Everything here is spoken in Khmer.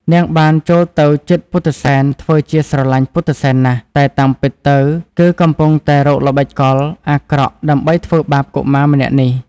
នាងបានចូលទៅជិតពុទ្ធិសែនធ្វើជាស្រឡាញ់ពុទ្ធិសែនណាស់ តែតាមពិតទៅគឺកំពុងតែរកល្បិចកលអាក្រក់ដើម្បីធ្វើបាបកុមារម្នាក់នេះ។